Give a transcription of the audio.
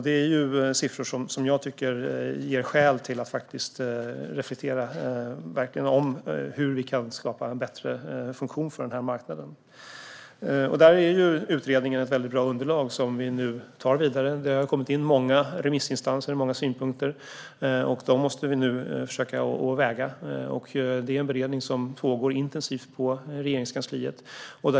Det här är siffror som jag tycker ger skäl att verkligen reflektera över hur vi kan skapa en bättre funktion för den här marknaden. Där är utredningen ett väldigt bra underlag som vi nu tar vidare. Det har kommit in många synpunkter från remissinstanser. Dessa måste vi nu försöka väga in. Det pågår nu en intensiv beredning på Regeringskansliet.